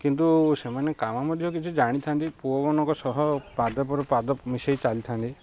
କିନ୍ତୁ ସେମାନେ କାମ ମଧ୍ୟ କିଛି ଜାଣିଥାନ୍ତି ପୁଅମାନଙ୍କ ସହ ପାଦ ପାଦ ମିଶାଇ ଚାଲିଥାନ୍ତି